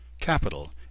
Capital